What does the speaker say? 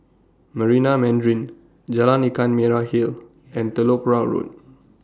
Marina Mandarin Jalan Ikan Merah Hill and Telok Kurau Road